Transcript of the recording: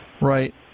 Right